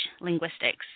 linguistics